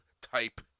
type